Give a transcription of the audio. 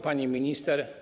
Pani Minister!